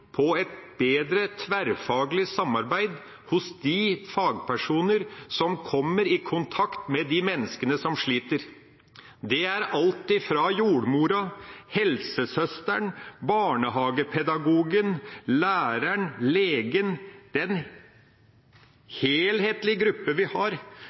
et bedre tverrfaglig samarbeid mellom de fagpersonene som kommer i kontakt med de menneskene som sliter. Det er alt fra jordmora, helsesøsteren og barnehagepedagogen, til læreren og legen